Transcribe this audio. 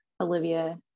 olivia